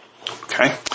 Okay